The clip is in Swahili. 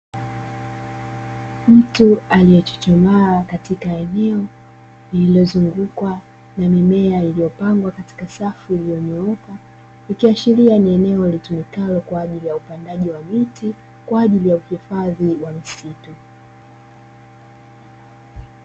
Mtu aliyechuchumaa katika eneo lililozungukwa na mimea iliyopangwa katika safu iliyonyooka, ikiashiria ni eneo litumikalo kwa ajili ya upandaji wa miti kwa ajili ya uhifadhi wa misitu.